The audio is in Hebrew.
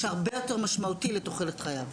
זה הרבה יותר משמעותי לתוחלת חייו.